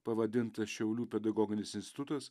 pavadintas šiaulių pedagoginis institutas